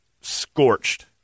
scorched